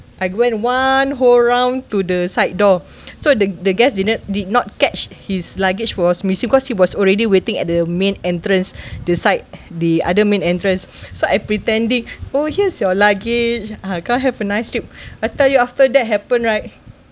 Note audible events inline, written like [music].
I went one whole round to the side door [breath] so the the guest didn't did not catch his luggage was missing because he was already waiting at the main entrance [breath] the side the other main entrance [breath] so I pretending oh here's your luggage ah come have a nice trip [breath] I tell you after that happened right